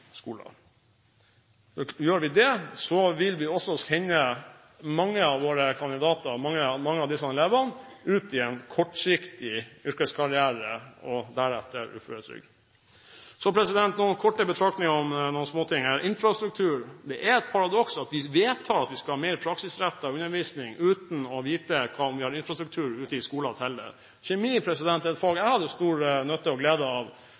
Gjør vi det, vil vi også sende mange av disse elevene ut i en kortsiktig yrkeskarriere og deretter uføretrygd. Så noen korte betraktninger om infrastrukturen: Det er et paradoks at vi vedtar at vi skal ha mer praksisrettet undervisning, uten å vite om vi har en infrastruktur ute i skolene til det. Kjemi er et fag jeg hadde stor nytte og glede av